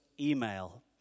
email